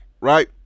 Right